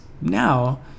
now